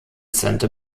santa